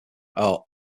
are